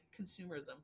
consumerism